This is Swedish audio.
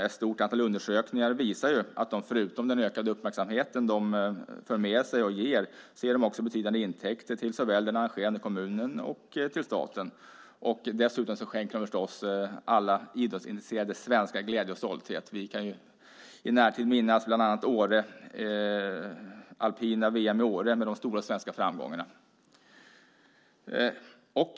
Ett stort antal undersökningar visar att dessa förutom den ökade uppmärksamhet de för med sig också ger betydande intäkter till såväl den arrangerande kommunen som staten. Dessutom skänker de förstås alla idrottsintresserade svenskar glädje och stolthet. Vi kan i närtid minnas bland annat alpina VM i Åre med de stora svenska framgångarna.